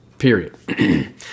period